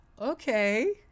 Okay